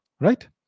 right